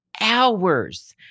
hours